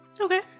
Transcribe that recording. Okay